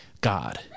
God